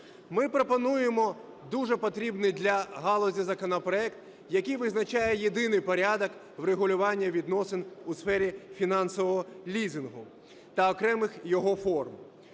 Ми пропонуємо дуже потрібний для галузі законопроект, який визначає єдиний порядок врегулювання відносин у сфері фінансового лізингу та окремих його форм.